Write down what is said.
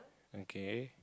okay